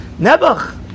Nebuch